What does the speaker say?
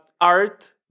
Art